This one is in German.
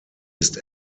ist